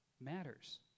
matters